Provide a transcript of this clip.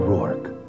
Rourke